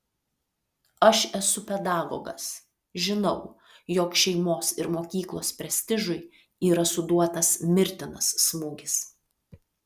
aš esu pedagogas žinau jog šeimos ir mokyklos prestižui yra suduotas mirtinas smūgis